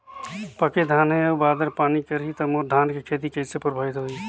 पके धान हे अउ बादर पानी करही त मोर धान के खेती कइसे प्रभावित होही?